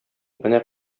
менә